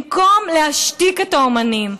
במקום להשתיק את האומנים,